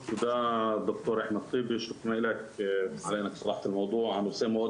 תודה ד"ר אחמד טיבי שפנה אלי על נושא מאוד,